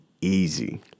easy